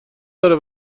داره